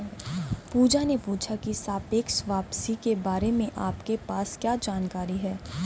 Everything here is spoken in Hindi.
पूजा ने पूछा की सापेक्ष वापसी के बारे में आपके पास क्या जानकारी है?